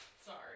Sorry